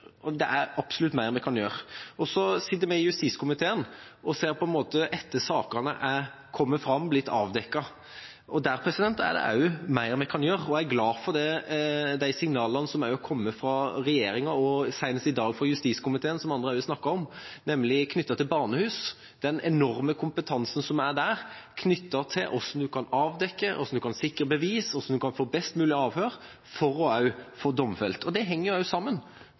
og det er absolutt mer vi kan gjøre. Vi som sitter i justiskomiteen, ser sakene etter at de har kommet fram og blitt avdekket, og der er det også mer vi kan gjøre. Jeg er glad for de signalene som har kommet fra regjeringa og senest i dag fra justiskomiteen, som andre òg har snakket om, om barnehus og den enorme kompetansen de har, knyttet til hvordan man kan avdekke, hvordan man kan sikre bevis, hvordan man kan få et best mulig avhør for å få domfelt, og det henger jo sammen.